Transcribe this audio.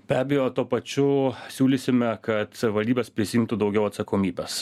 be abejo tuo pačiu siūlysime kad savivaldybės prisiimtų daugiau atsakomybės